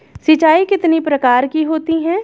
सिंचाई कितनी प्रकार की होती हैं?